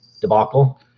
debacle